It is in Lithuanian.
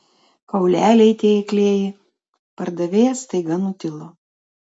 kauleliai tie eiklieji pardavėjas staiga nutilo